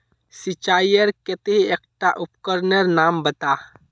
सिंचाईर केते एकटा उपकरनेर नाम बता?